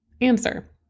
answer